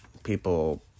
People